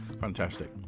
Fantastic